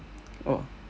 oh